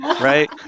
right